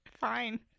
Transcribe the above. Fine